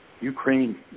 Ukraine